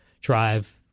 drive